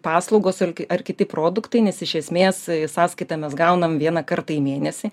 paslaugos ar kiti produktai nes iš esmės sąskaitą mes gauname vieną kartą į mėnesį